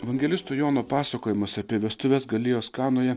evangelisto jono pasakojimas apie vestuves galilėjos kanoje